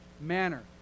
manner